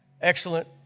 excellent